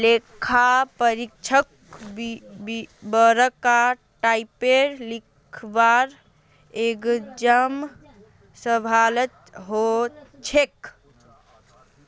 लेखा परीक्षकक बरका टाइपेर लिखवार एग्जाम संभलवा हछेक